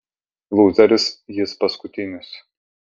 lūzeris jis paskutinis